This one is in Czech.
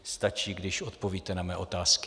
Stačí, když odpovíte na mé otázky.